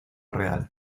real